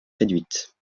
réduite